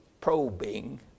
probing